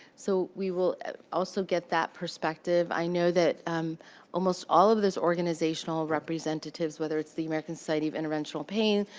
so we will also get that perspective. i know that almost all of those organizational representatives, whether it's the american society of interventional pain,